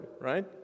right